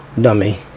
Dummy